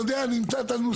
נמצא את הנוסח.